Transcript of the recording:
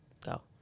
go